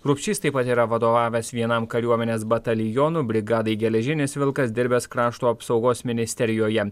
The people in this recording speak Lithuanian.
rupšys taip pat yra vadovavęs vienam kariuomenės batalionų brigadai geležinis vilkas dirbęs krašto apsaugos ministerijoje